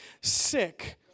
sick